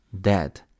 dead